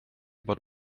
bod